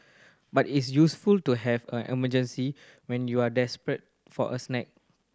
but it's useful to have a emergency when you are desperate for a snack